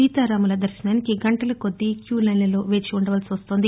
సీతారాముల దర్శనానికి గంటల కొద్దీ క్యూలైన్లలో వేచి ఉండాల్సి వస్తోంది